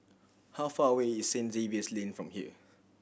how far away is Saint Xavier's Lane from here